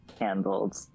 handled